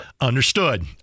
understood